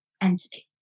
entity